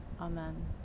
Amen